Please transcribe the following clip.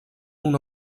una